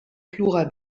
plural